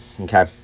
okay